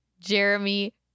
Jeremy